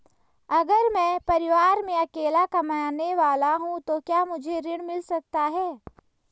अगर मैं परिवार में अकेला कमाने वाला हूँ तो क्या मुझे ऋण मिल सकता है?